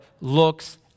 looks